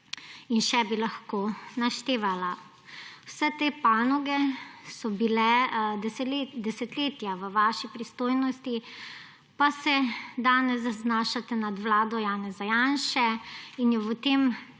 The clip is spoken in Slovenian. in še bi lahko naštevala. Vse te panoge so bile desetletja v vaši pristojnosti, pa se danes znašate nad vlado Janeza Janše in jo v tem